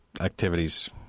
activities